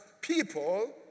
People